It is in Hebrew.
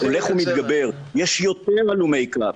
יש יותר הלומי קרב.